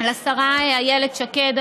לשרה איילת שקד,